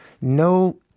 no